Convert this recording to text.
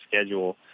schedule